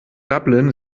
dublin